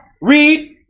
Read